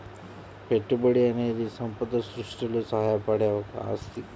పెట్టుబడి అనేది సంపద సృష్టిలో సహాయపడే ఒక ఆస్తి